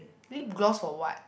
lip gloss for what